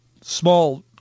small